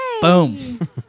Boom